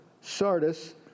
Sardis